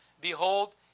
Behold